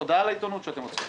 הודעה לעיתונות שאתם הוצאתם.